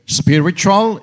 spiritual